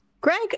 greg